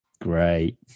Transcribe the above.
Great